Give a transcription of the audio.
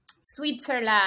Switzerland